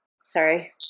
Sorry